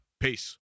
Peace